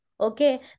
Okay